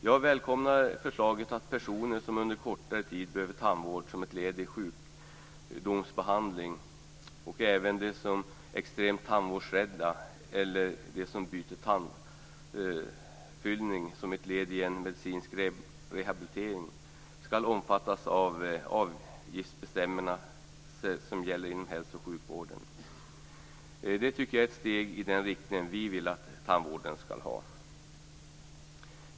Jag välkomnar förslaget att personer som under kortare tid behöver tandvård som ett led i en sjukdomsbehandling och även de extremt tandvårdsrädda eller de som byter tandfyllning som ett led i en medicinsk rehabilitering skall omfattas av de avgiftsbestämmelser som gäller inom hälso och sjukvården. Det tycker jag är ett steg i den riktning vi vill att man skall ta när det gäller tandvården.